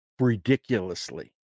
ridiculously